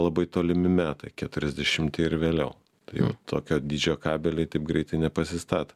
labai tolimi metai keturiasdešimti ir vėliau jau tokio dydžio kabeliai taip greitai nepasistato